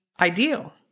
ideal